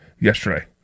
yesterday